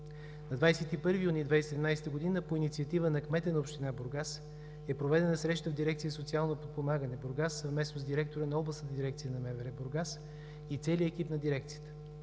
На 21 юни 2017 г. по инициатива на кмета на община Бургас е проведена среща в дирекция „Социално подпомагане“ – Бургас, съвместно с директора на Областната дирекция на МВР – Бургас, и целия екип на дирекцията.